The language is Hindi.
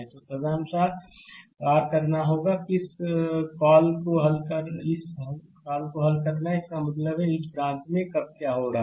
तो तदनुसार आर करना होगा किस कॉल को हल करना है इसका मतलब है इस ब्रांच में कब क्या हो रहा है